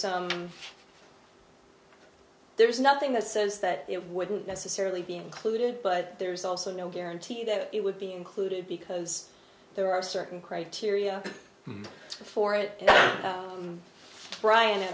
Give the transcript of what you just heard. be there is nothing that says that it wouldn't necessarily be included but there's also no guarantee that it would be included because there are certain criteria for it